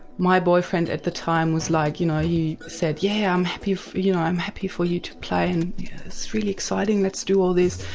my boyfriend at the time was like you know, he said, yeah, um you know i'm happy for you to play and it's really exciting let's do all this'.